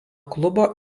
klubo